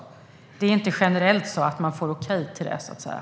Man får inte generellt okej till detta.